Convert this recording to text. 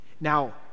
Now